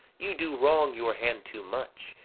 you do wrong your hand too much,